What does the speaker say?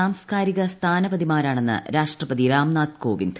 സാംസ്കാരിക സ്ഥാനപതിമാരാണെന്ന് രാഷ്ട്രപതി രാംനാഥ് കോവിന്ദ്